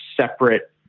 separate